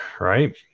right